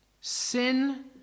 Sin